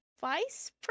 vice